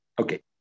Okay